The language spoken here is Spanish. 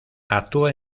actúa